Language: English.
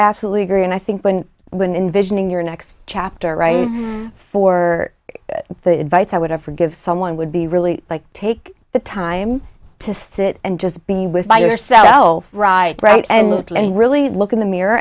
absolutely agree and i think when when envisioning your next chapter right for the advice i would have forgive someone would be really like take the time to sit and just be with by yourself right right and really look in the mirror